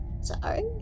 Sorry